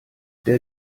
der